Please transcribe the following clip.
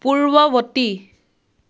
পূৰ্ৱৱৰ্তী